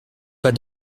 pas